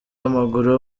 w’amaguru